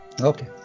Okay